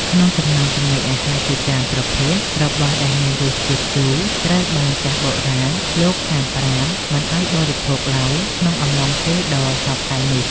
ក្នុងចំណោមចំណីអាហារជាច្រើនប្រភេទ របស់ដែលមានរសជាតិជូរត្រូវបានចាស់បុរាណលោកហាមប្រាមមិនឱ្យបរិភោគឡើយក្នុងកំឡុងពេលដ៏សោកសៅនេះ។